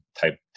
type